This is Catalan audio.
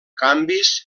canvis